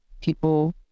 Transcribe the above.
people